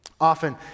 Often